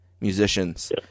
musicians